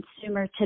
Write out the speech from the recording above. consumer